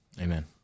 Amen